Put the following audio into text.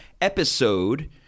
episode